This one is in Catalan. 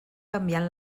canviant